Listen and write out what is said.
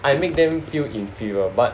I make them feel inferior but